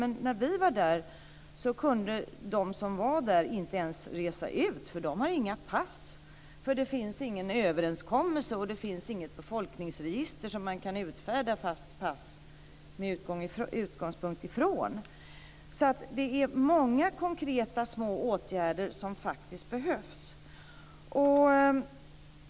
Men när vi var där så kunde människorna där inte resa ut, eftersom de inte har några pass. Det finns nämligen ingen överenskommelse eller något befolkningsregister som gör det möjligt att utfärda pass. Det är alltså många konkreta små åtgärder som faktiskt behövs.